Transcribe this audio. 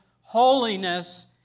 holiness